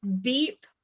beep